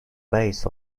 based